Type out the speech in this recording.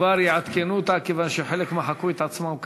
כבר יעדכנו אותה, כיוון שחלק מחקו את עצמם כרגע.